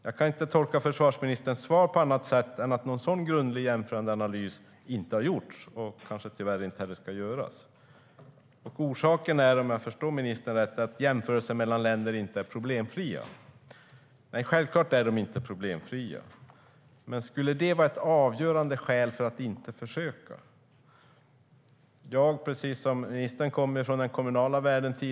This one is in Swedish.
Jag kan inte tolka försvarsministerns svar på annat sätt än att någon sådan grundlig jämförande analys inte har gjorts och kanske tyvärr inte heller ska göras. Orsaken är, om jag förstår ministern rätt, att det inte är problemfritt att jämföra länder. Nej, självklart är det inte problemfritt. Men skulle det vara ett avgörande skäl för att inte försöka? Jag, precis som ministern, kommer från den kommunala världen.